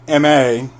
MA